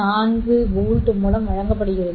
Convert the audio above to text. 94 volt மூலம் வழங்கப்படுகிறது